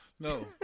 No